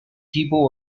people